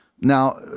Now